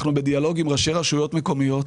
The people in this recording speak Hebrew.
אנחנו בדיאלוג עם ראשי רשויות מקומיות.